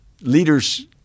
Leaders